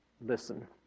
listen